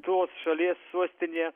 tos šalies suostinė